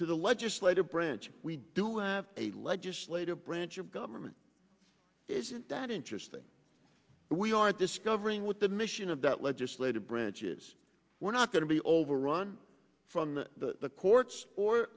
to the legislative branch we do have a legislative branch of government isn't that interesting we are discovering with the mission of that legislative branches we're not going to be overrun from the courts or